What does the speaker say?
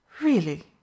Really